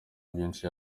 byinshi